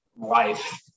life